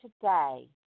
today